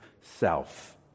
self